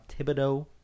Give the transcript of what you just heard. Thibodeau